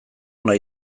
ona